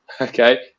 okay